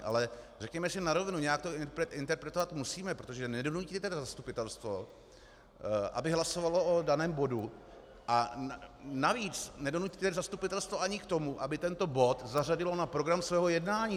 Ale řekněme si na rovinu: Nějak to interpretovat musíme, protože nedonutíte zastupitelstvo, aby hlasovalo o daném bodu, a navíc nedonutíte zastupitelstvo ani k tomu, aby tento bod zařadilo na program svého jednání.